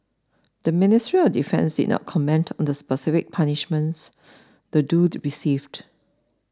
the Ministry of Defence did not comment on the specific punishments the duo received